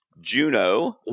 Juno